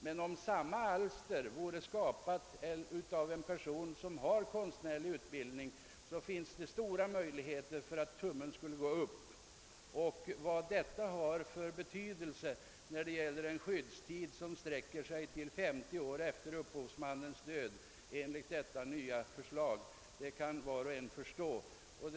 Men om samma alster skapats av en person som har konstnärlig utbildning skulle det finnas stora möjligheter att tummen vändes upp. Vilken betydelse detta har när det gäller en skyddstid som enligt det nu föreliggande förslaget skall sträcka sig 50 år framåt i tiden efter upphovsmannens död förstår var och en.